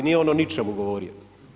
Nije on o ničemu govorio.